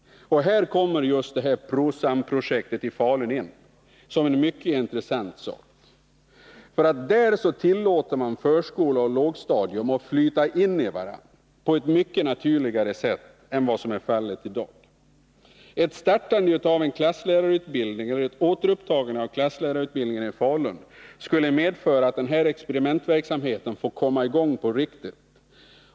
Här kommer det s.k. PRO-SAM-projektet i Falun in som en mycket intressant sak. Där tillåter man förskola och lågstadium att flyta in i varandra på ett mycket naturligare sätt än vad som är fallet i dag. Ett startande eller ett återupptagande av klasslärarutbildningen i Falun skulle medföra att experimentverksamheten får komma i gång på riktigt.